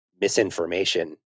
misinformation